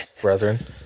brethren